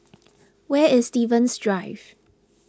where is Stevens Drive